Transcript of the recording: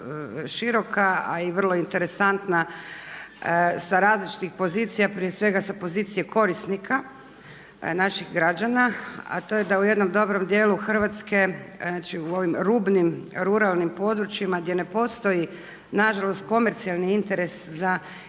široka, a i vrlo interesantna sa različitih pozicija prije svega sa pozicije korisnika naših građana, a to je da u jednom dobrom dijelu Hrvatske znači u ovim rubnim ruralnim područjima gdje ne postoji nažalost komercijalni interes za investiranje